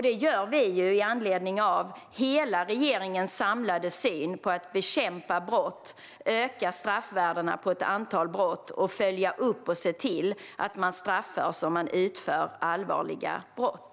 Det gör vi med anledning av regeringens samlade syn när det gäller att bekämpa brott, öka straffvärdena för ett antal brott och följa upp och se till att man straffas om man begår allvarliga brott.